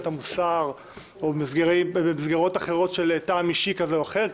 המוסר או במסגרות אחרות של טעם אישי כזה או אחר,